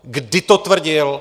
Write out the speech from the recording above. Kdy to tvrdil?